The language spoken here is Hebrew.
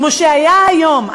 כמו שהיה היום,